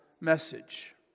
message